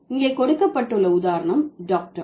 இங்கே கொடுக்கப்பட்டுள்ள உதாரணம் டாக்டர்